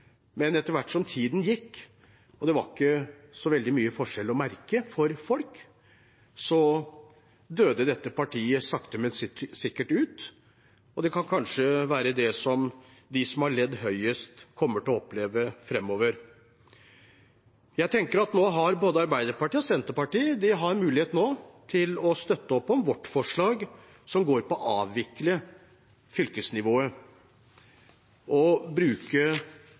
Men etter hvert som tiden gikk, og det ikke var så veldig mye forskjell å merke for folk, døde dette partiet sakte, men sikkert ut, og det kan kanskje være det de som har ledd høyest, kommer til å oppleve framover. Jeg tenker at nå har både Arbeiderpartiet og Senterpartiet en mulighet til å støtte opp om vårt forslag som går på å avvikle fylkesnivået, og å bruke